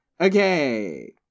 Okay